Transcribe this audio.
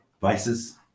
vices